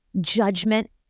judgment